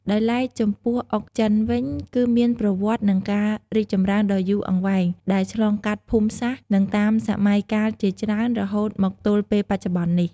ដោយឡែក ចំពោះអុកចិនវិញ គឺមានប្រវត្តិនិងការរីកចម្រើនដ៏យូរអង្វែងដែលឆ្លងកាត់ភូមិសាស្ត្រ និងតាមសម័យកាលជាច្រើនរហូតមកទល់ពេលបច្ចុប្បន្ននេះ។